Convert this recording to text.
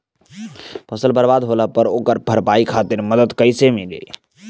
फसल बर्बाद होला पर ओकर भरपाई खातिर मदद कइसे मिली?